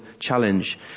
challenge